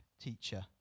teacher